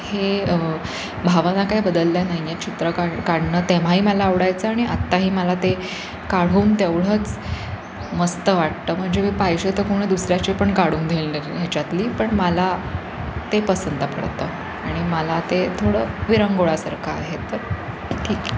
हे भावना काय बदलल्या नाही आहे चित्र काढ काढणं तेव्हाही मला आवडायचं आणि आत्ताही मला ते काढून तेवढंच मस्त वाटतं म्हणजे मी पाहिजे तर कोणं दुसऱ्याचे पण काढून देईल ह्याच्यातली पण मला ते पसंत पडतं आणि मला ते थोडं विरंगुळासारखं आहेत तर ठीक